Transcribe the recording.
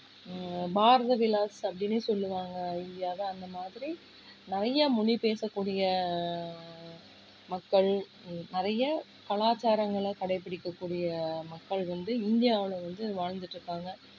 பாரத விலாஸ் அப்படின்னே சொல்வாங்க இந்தியாவை அந்த மாதிரி நிறைய மொழி பேசக்கூடிய மக்கள் நிறைய கலாச்சாரங்களை கடைப் பிடிக்கக்கூடிய மக்கள் வந்து இந்தியாவில் வந்து வாழ்ந்துட்ருக்காங்க